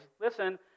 Listen